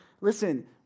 listen